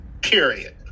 Period